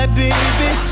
baby